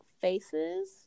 faces